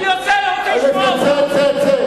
אני יוצא, אני לא רוצה לשמוע אותה.